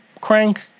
crank